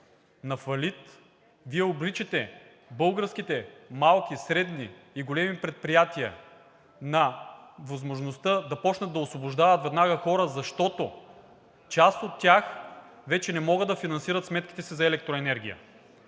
на фалит, Вие обричате български малки, средни и големи предприятия на възможността да започнат да освобождават веднага хора, защото част от тях вече не могат да финансират сметките си за електроенергия.